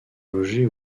logé